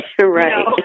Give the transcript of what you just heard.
Right